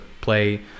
play